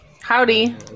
Howdy